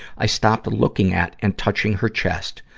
i stopped looking at and touching her chest,